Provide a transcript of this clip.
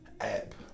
app